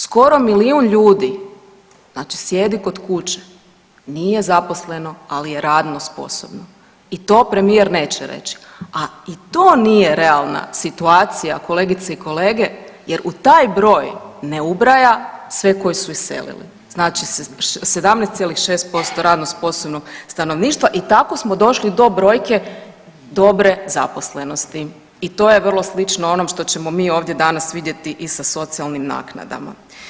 Skoro milijun ljudi, znači sjedi kod kuće, nije zaposleno, ali je radno sposobno i to premijer neće reći, a i to nije realna situacija kolegice i kolege jer u taj broj ne ubraja sve koji su iselili, znači 17,6% radno sposobnog stanovništva i tako smo došli do brojke dobre zaposlenosti i to je vrlo slično onom što ćemo mi ovdje danas vidjeti i sa socijalnim naknadama.